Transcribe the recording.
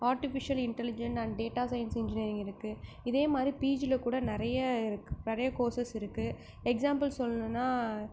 artificial intelligent and data science engineering இருக்குது இதே மாதிரி பிஜியில் கூட நிறைய இருக்குது பழைய கோர்ஸஸ் இருக்குது எக்ஸ்சாம்பிள் சொல்லணுன்னா